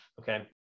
Okay